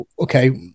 okay